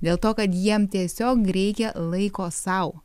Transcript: dėl to kad jiem tiesiog reikia laiko sau